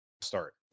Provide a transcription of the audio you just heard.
start